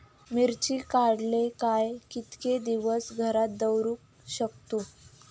मिर्ची काडले काय कीतके दिवस घरात दवरुक शकतू?